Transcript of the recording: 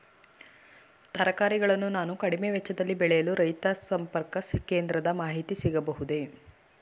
ತರಕಾರಿಗಳನ್ನು ನಾನು ಕಡಿಮೆ ವೆಚ್ಚದಲ್ಲಿ ಬೆಳೆಯಲು ರೈತ ಸಂಪರ್ಕ ಕೇಂದ್ರದ ಮಾಹಿತಿ ಸಿಗಬಹುದೇ?